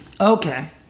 Okay